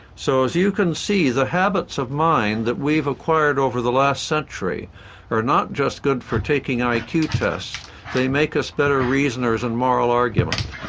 so as you can see the habits of mind that we've acquired over the last century are not just good for taking ah iq tests they make us better reasoners and moral argument.